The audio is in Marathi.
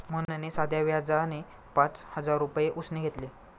मोहनने साध्या व्याजाने पाच हजार रुपये उसने घेतले